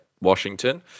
Washington